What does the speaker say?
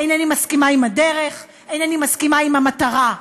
אינני מסכימה עם הדרך, אינני מסכימה עם המטרה.